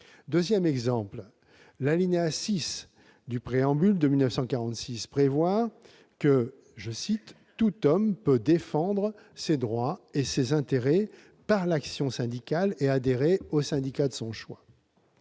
Deuxième exemple, l'alinéa 6 du Préambule de la Constitution de 1946 prévoit que « tout homme peut défendre ses droits et ses intérêts par l'action syndicale et adhérer au syndicat de son choix.